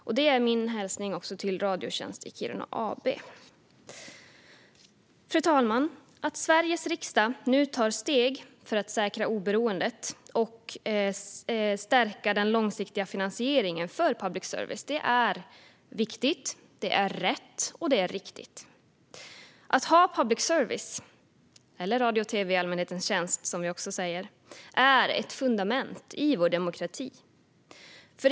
Det är också min hälsning till Radiotjänst i Kiruna AB. Fru talman! Att Sveriges riksdag nu tar steg för att säkra oberoendet och stärka den långsiktiga finansieringen för public service är viktigt, och det är rätt och riktigt. Att ha public service - eller radio och tv i allmänhetens tjänst, som vi också säger - är ett fundament i vår demokrati.